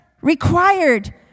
required